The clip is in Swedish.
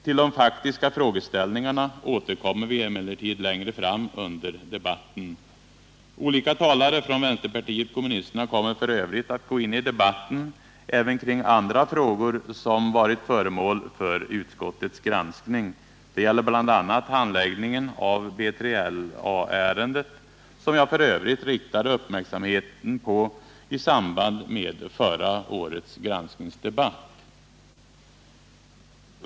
Till de faktiska frågeställningarna återkommer vi emellertid längre fram under debatten. Olika talare från vänsterpartiet kommunisterna kommer f. ö. att gå in i debatten även i andra frågor som varit föremål för utskottets granskning. Det gäller bl.a. handläggningen av B3LA-ärendet, som jag för övrigt riktade uppmärksamheten på i samband med förra årets granskningsdebatt.